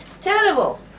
Terrible